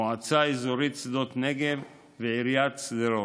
מועצה אזורית שדות נגב ועיריית שדרות.